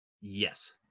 Yes